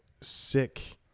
sick